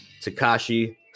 Takashi